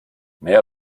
mehr